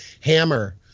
hammer